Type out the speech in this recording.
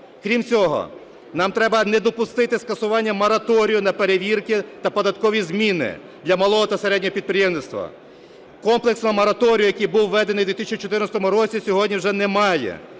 Крім цього, нам треба не допустити скасування мораторію на перевірки та податкові зміни для малого та середнього підприємництва. Комплексного мораторію, який був введений в 2014 році, сьогодні вже немає.